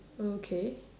okay